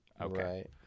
okay